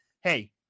hey